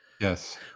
yes